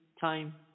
time